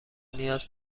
نیاز